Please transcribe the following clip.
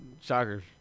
Shockers